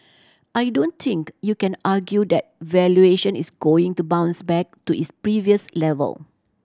I don't think you can argue that valuation is going to bounce back to its previous level